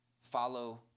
follow